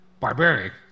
Barbaric